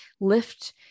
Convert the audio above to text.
lift